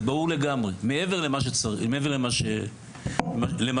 זה ברור לגמרי, מעבר למה שנותנים.